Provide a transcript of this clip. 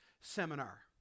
Seminar